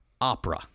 opera